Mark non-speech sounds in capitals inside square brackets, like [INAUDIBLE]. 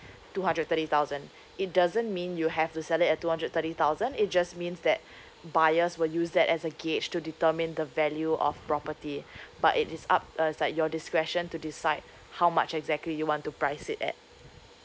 two hundred thirty thousand it doesn't mean you have to sell it at two hundred thirty thousand it just means that buyers will use that as a gauge to determine the value of property [BREATH] but it is up uh it's like your discretion to decide how much exactly you want to price it at